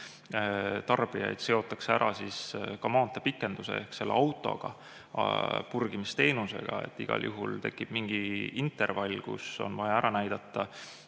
tarbijaid seotakse ära ka maanteepikenduse ehk selle autoga, purgimisteenusega, siis igal juhul tekib mingi intervall, kus on vaja ära näidata